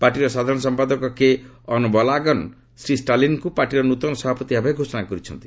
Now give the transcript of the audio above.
ପାର୍ଟିର ସାଧାରଣ ସମ୍ପାଦକ କେ ଅନ୍ବଲାଗନ ଶ୍ରୀ ଷ୍ଟାଲିନ୍ଙ୍କୁ ପାର୍ଟିର ନୂତନ ସଭାପତି ଭାବେ ଘୋଷଣା କରିଛନ୍ତି